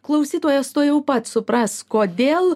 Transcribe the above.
klausytojas tuojau pat supras kodėl